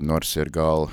nors gal